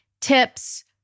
tips